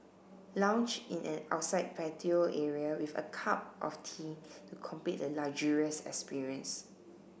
lounge in an outside patio area with a cup of tea to complete the luxurious experience